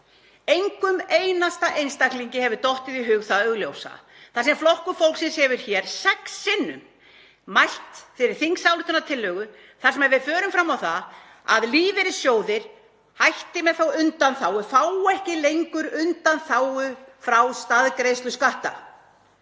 Engum einasta einstaklingi hefur dottið í hug það augljósa; það sem Flokkur fólksins hefur hér sex sinnum mælt fyrir þingsályktunartillögu um þar sem við förum fram á það að lífeyrissjóðir fái ekki lengur undanþágu frá staðgreiðslu skatta.